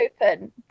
open